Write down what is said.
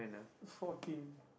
fourteen